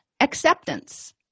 Acceptance